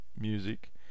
music